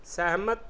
ਸਹਿਮਤ